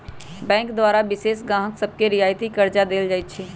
bank द्वारा विशेष गाहक सभके रियायती करजा देल जाइ छइ